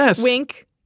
wink